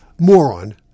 moron